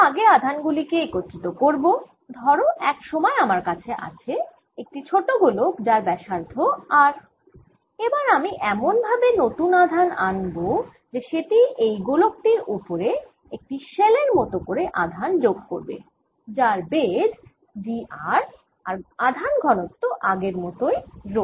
আমরা আগে আধান গুলি কে একত্রিত করব ধর এক সময় আমার কাছে আছে একটি ছোট গোলক যার ব্যসার্ধ r এবার আমি এমন ভাবে নতুন আধান আনব যে সেটি অই গোলক টির অপরে একটি শেল এর মত করে আধান যোগ করবে যার বেধ d r আর আধান ঘনত্ব আগের মতই 𝝆